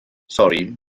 sori